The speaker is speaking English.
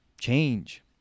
Change